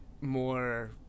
more